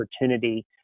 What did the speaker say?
opportunity